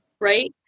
right